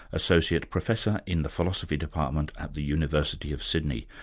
associate professor in the philosophy department at the university of sydney,